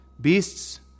beasts